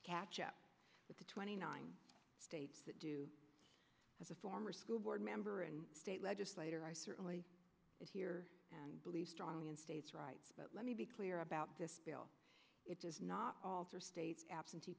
catch up with the twenty nine states do as a former school board member and state legislator i certainly here believe strongly in states rights but let me be clear about this bill it does not alter state absentee